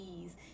ease